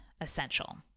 essential